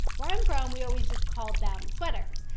where i'm from we always just called them sweaters.